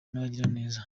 n’abagiraneza